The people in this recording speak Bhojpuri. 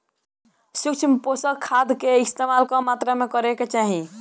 सूक्ष्म पोषक खाद कअ इस्तेमाल कम मात्रा में करे के चाही